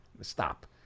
Stop